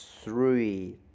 three